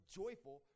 joyful